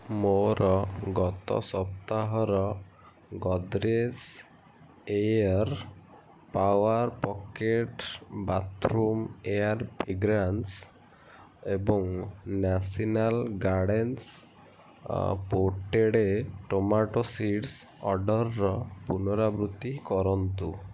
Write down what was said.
ମୋର ଗତ ସପ୍ତାହର Godrej aer power pocket bathroom air fragrance ଏବଂ national garden potted tomato seeds ଅର୍ଡ଼ର୍ର ପୁନରାବୃତ୍ତି କରନ୍ତୁ